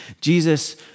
Jesus